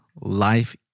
Life